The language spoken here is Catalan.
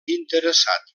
interessat